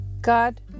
God